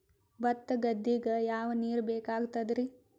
ಭತ್ತ ಗದ್ದಿಗ ಯಾವ ನೀರ್ ಬೇಕಾಗತದರೀ?